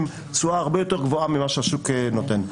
תשואה הרבה יותר גבוהה ממה שהשוק נותן.